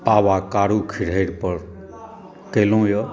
आवाकारूख धरि पर कयलुँ यऽ